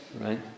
right